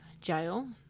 jail